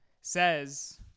says